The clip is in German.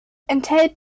enthält